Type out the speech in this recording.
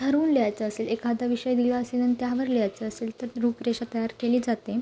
ठरवून लिहायचं असेल एखादा विषय लिह असेल आणि त्यावर लिहायचं असेल तर रूपरेषा तयार केली जाते